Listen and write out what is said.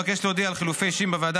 אבקש להודיע על חילופי אישים בוועדה